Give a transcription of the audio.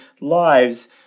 lives